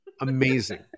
Amazing